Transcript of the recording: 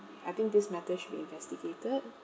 I think this matter should be investigated